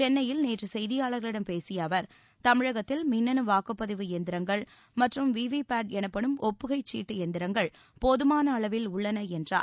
சென்னையில் நேற்று செய்தியாளர்களிடம் பேசிய அவர் தமிழகத்தில் மின்னனு வாக்குப்பதிவு எந்திரங்கள் மற்றும் விவிபாட் எனப்படும் ஒப்புகைச் சீட்டு எந்திரங்கள் போதமான அளவில் உள்ளன என்றார்